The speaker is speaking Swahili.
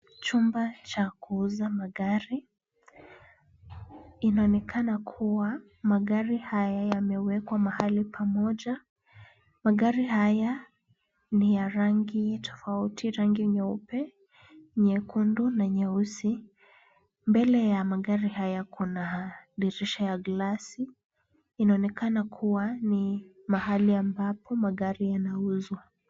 Chumba cha kuuza magari. Inaonekana kuwa magari haya yamewekwa mahali pamoja. Magari haya ni ya rangi tofauti, rangi nyeupe, nyekundu na nyeusi. Mbele ya magari haya kuna dirisha ya glasi. Inaonekana kuwa ni mahali ambapo magari yanauzwa.